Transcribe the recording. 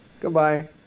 Goodbye